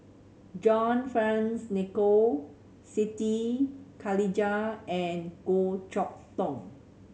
John Fearns Nicoll Siti Khalijah and Goh Chok Tong